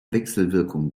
wechselwirkung